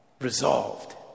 Resolved